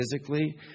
physically